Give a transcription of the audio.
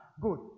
Good